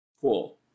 Cool